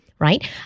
right